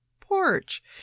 porch